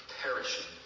perishing